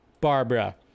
Barbara